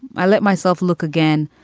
i let myself look again.